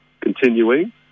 continuing